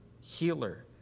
healer